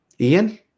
Ian